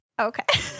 okay